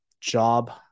job